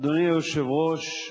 אדוני היושב-ראש,